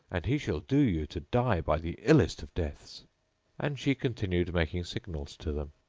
and he shall do you to die by the illest of deaths and she continued making signals to them.